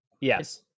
yes